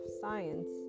science